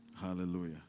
Hallelujah